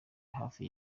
hafi